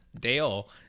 Dale